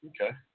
Okay